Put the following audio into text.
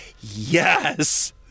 yes